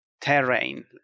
terrain